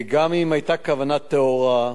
וגם אם היתה כוונה טהורה,